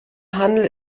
handel